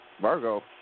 Virgo